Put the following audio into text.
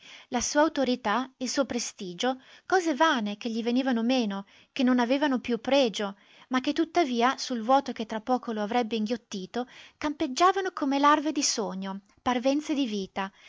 la sua autorità il suo prestigio cose vane che gli venivano meno che non avevano più pregio ma che tuttavia sul vuoto che tra poco lo avrebbe inghiottito campeggiavano come larve di sogno parvenze di vita